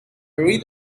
read